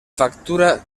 factura